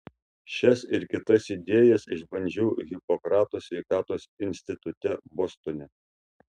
šias ir kitas idėjas išbandžiau hipokrato sveikatos institute bostone